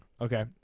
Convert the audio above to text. Okay